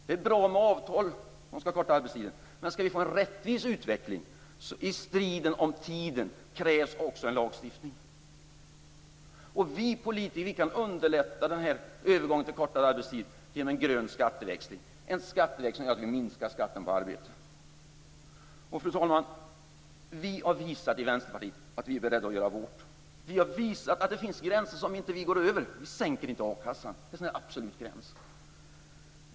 Det är bra med avtal som skall korta arbetstiden, men skall vi få en rättvis utveckling i striden om tiden krävs också en lagstiftning. Vi politiker kan underlätta övergången till kortare arbetstid genom en grön skatteväxling, dvs. en skatteväxling som gör att vi minskar skatten på arbete. Fru talman! Vi i Vänsterpartiet har visat att vi är beredda att göra vårt. Vi har visat att det finns gränser som vi inte går över. Vi sänker inte a-kassan. Det är en sådan absolut gräns.